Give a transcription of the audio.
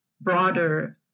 broader